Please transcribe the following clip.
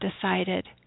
decided